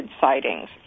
sightings